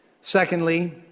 Secondly